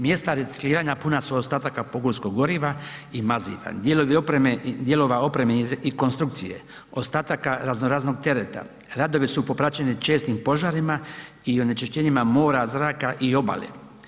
Mjesta recikliranja puna su ostataka pogonskog goriva i maziva, dijelova opreme i konstrukcije, ostataka razno raznog tereta, radovi su popraćeni čestim požarima i onečišćenjima mora, zraka i obale.